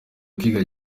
kwiga